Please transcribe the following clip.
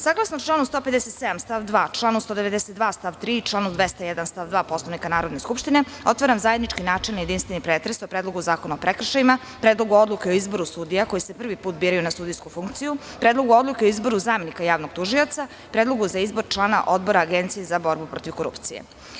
Saglasno članu 157. stav 2. članu 92. stav 3. i članu 201. stav 2. Poslovnika Narodne skupštine, otvaram zajednički načelni i jedinstveni pretres o Predlogu zakona o prekršajima, Predlogu odluke o izboru sudija koji se prvi put biraju na sudijsku funkciju, Predlogu odluke o izboru zamenika javnog tužioca i Predlogu za izbor člana Odbora agencije za borbu protiv korupcije.